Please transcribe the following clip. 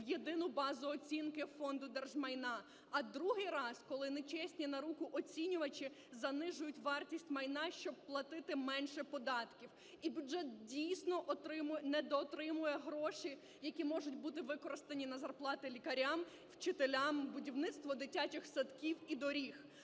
в єдину базу оцінки Фонду держмайна, а другий раз, коли нечесні на руку оцінювачі занижують вартість майна, щоб платити менше податків. І бюджет дійсно недоотримує гроші, які можуть бути використані на зарплати лікарям, вчителям, будівництво дитячих садків і доріг.